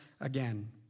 again